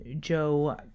Joe